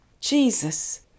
Jesus